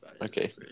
Okay